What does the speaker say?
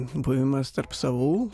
buvimas tarp savų